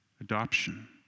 Adoption